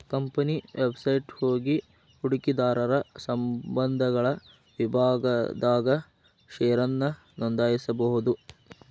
company website ಹೋಗಿ ಹೂಡಕಿದಾರರ ಸಂಬಂಧಗಳ ವಿಭಾಗದಾಗ ಷೇರನ್ನ ನೋಂದಾಯಿಸಬೋದು